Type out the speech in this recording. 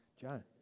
john